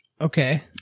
Okay